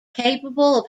capable